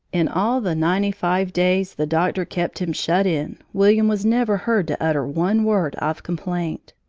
in all the ninety-five days the doctor kept him shut in, william was never heard to utter one word of complaint.